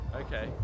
Okay